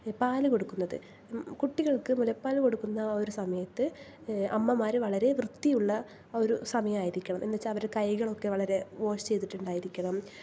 പാല് കൊടുക്കുന്നത് കുട്ടികൾക്ക് മുലപ്പാൽ കൊടുക്കുന്ന ഒരു സമയത്ത് അമ്മമാർ വളരെ വൃത്തിയുള്ള ഒരു സമയമായിരിക്കണം എന്നു വെച്ചാൽ അവർ കൈകളൊക്കെ വളരെ വാഷ് ചെയ്തിട്ടുണ്ടായിരിക്കണം